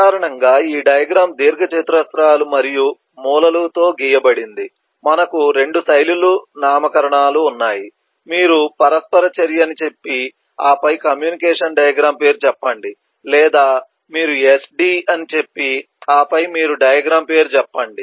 సాధారణంగా ఈ డయాగ్రమ్ దీర్ఘచతురస్రాలు మరియు మూలల తో గీయబడింది మనకు 2 శైలుల నామకరణాలు ఉన్నాయి మీరు పరస్పర చర్య అని చెప్పి ఆపై కమ్యూనికేషన్ డయాగ్రమ్ పేరు చెప్పండి లేదా మీరు SD అని చెప్పి ఆపై మీరు డయాగ్రమ్ పేరు చెప్పండి